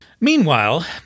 Meanwhile